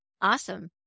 Awesome